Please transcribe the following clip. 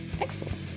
Excellent